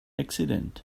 accident